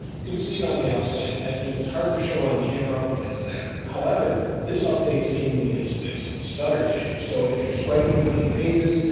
you can see it on the outside edges. it's hard to show on camera, but it's there. however this update seemingly has fixed the stutter issue. so if you're swiping between pages,